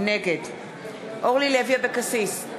נגד אורלי לוי אבקסיס,